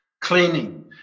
Cleaning